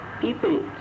people